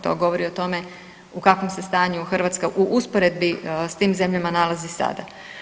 To govori o tome u kakvom se stanju Hrvatska u usporedbi s tim zemljama nalazi sada.